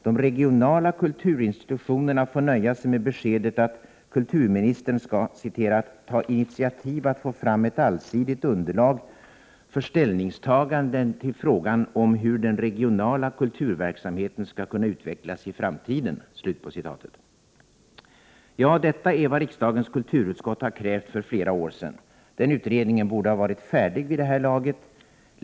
De regionala kulturinstitutionerna får nöja sig med besked att kulturministern skall ”ta initiativ att få fram ett allsidigt underlag för ställningstaganden till frågan om hur den regionala kulturverksamheten skall kunna utvecklas i framtiden”. Ja, detta är vad riksdagens kulturutskott krävt för flera år sedan. Den utredningen borde ha varit färdig vid det här laget.